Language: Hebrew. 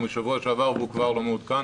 הוא משבוע שעבר והוא כבר לא מעודכן